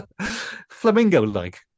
Flamingo-like